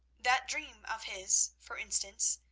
that dream of his, for instance,